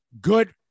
good